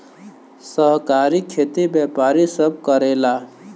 सहकारी खेती व्यापारी सब करेला